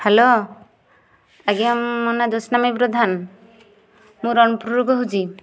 hello ଆଜ୍ଞା ମୋ ନାଁ ଜ୍ୟୋତ୍ସ୍ନାମୟୀ ପ୍ରଧାନ ମୁଁ ରଣପୁରରୁ କହୁଛି